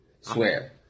swear